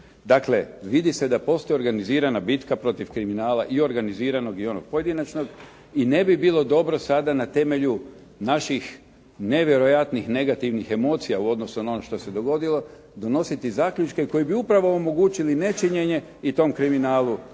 Dakle, vidi se da postoji organizirana bitka protiv kriminala i organiziranog i onog pojedinačnog i ne bi bilo dobro sada na temelju naših nevjerojatnih negativnih emocija u odnosu na ono što se dogodilo donositi zaključke koji bi upravo omogućili nečinjenje i tom kriminalu